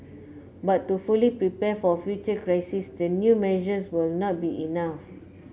but to fully prepare for future crises the new measures will not be enough